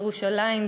ירושלים,